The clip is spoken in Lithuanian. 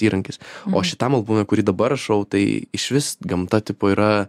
įrankis o šitam albumui kurį dabar rašau tai išvis gamta tipo yra